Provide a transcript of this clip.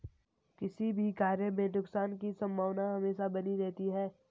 किसी भी कार्य में नुकसान की संभावना हमेशा बनी रहती है